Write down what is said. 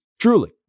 Truly